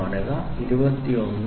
000 G4 00